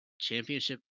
championship